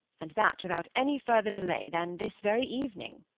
and that without any further delay than this very evening.